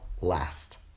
last